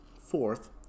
fourth